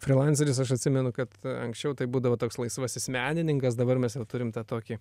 frylanseris aš atsimenu kad anksčiau tai būdavo toks laisvasis menininkas dabar mes jau turim tą tokį